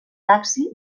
taxi